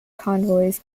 convoys